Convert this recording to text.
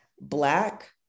Black